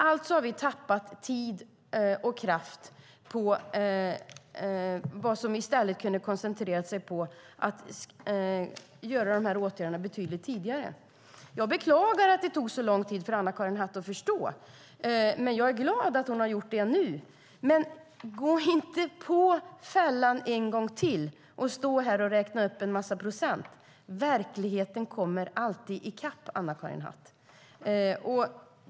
Alltså har vi tappat tid och kraft som i stället hade kunnat koncentreras på att vidta de här åtgärderna betydligt tidigare. Jag beklagar att det tog så lång tid för Anna-Karin Hatt att förstå, men jag är glad att hon har gjort det nu. Gå dock inte i fällan med att stå här och räkna upp en massa procent en gång till! Verkligheten kommer alltid i kapp, Anna-Karin Hatt.